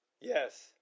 Yes